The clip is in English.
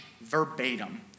verbatim